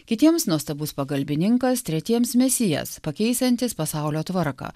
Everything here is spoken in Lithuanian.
kitiems nuostabus pagalbininkas tretiems mesijas pakeisiantis pasaulio tvarką